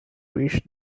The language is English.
reached